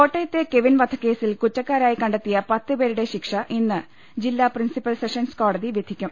കോട്ടയത്തെ കെവിൻ വധക്കേസിൽ കുറ്റക്കാരായി കണ്ടെത്തിയ പത്ത് പേരുടെ ശിക്ഷ ഇന്ന് ജില്ലാ പ്രിൻസിപ്പൽ സെഷൻസ് കോടതി വിധിക്കും